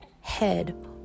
head